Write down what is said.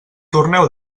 torneu